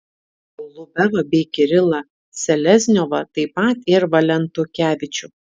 golubevą bei kirilą selezniovą taip pat ir valentukevičių